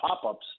pop-ups